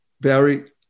Barry